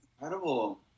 incredible